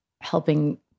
helping